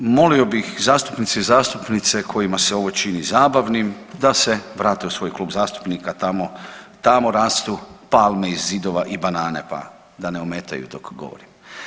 Molio bih zastupnice i zastupnike kojima se ovo čini zabavnim da se vrate u svoj klub zastupnika tamo rastu palme iz zidova i banane pa da ne ometaju dok govorim.